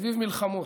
סביב מלחמות,